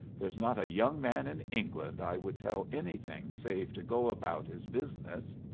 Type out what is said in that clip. there's not a young man in england i would tell anything save to go about his business.